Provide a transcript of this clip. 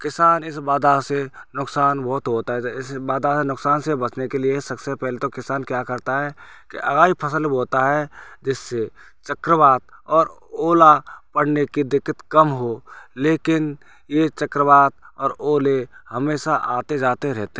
किसान इस बाधा से नुकसान बहुत होता है ऐसी बाधा या नुकसान से बचने के लिए सबसे पहले तो किसान क्या करता है कि अराई फ़सल बोता है जिससे चक्रवात और ओला पड़ने की दिक़्क़त कम हो लेकिन ये चक्रवात और ओले हमेशा आते जाते रहते